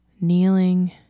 Kneeling